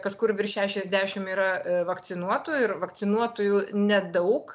kažkur virš šešiasdešim yra vakcinuotų ir vakcinuotųjų nedaug